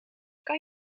kan